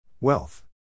Wealth